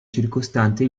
circostante